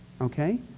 okay